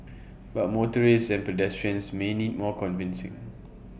but motorists and pedestrians may need more convincing